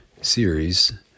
series